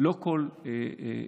לא כל אירוע,